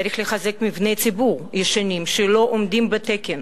צריך לחזק מבני ציבור ישנים שלא עומדים בתקן,